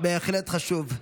בהחלט חשוב.